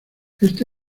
este